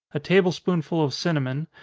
a table-spoonful of cinnamon,